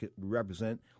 represent